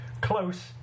Close